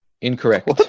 Incorrect